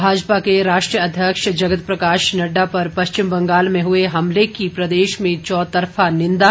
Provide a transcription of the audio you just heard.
भाजपा के राष्ट्रीय अध्यक्ष जगत प्रकाश नड्डा पर पश्चिम बंगाल में हुए हमले की प्रदेश में चौतरफा निंदा